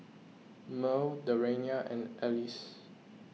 Mearl Dariana and Alice